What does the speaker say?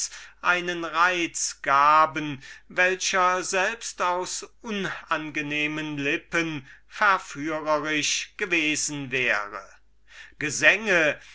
einen reiz gaben der auch aus unangenehmen lippen verführerisch gewesen wäre gesänge